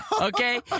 Okay